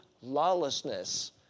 lawlessness